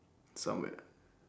somewhere